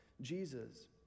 Jesus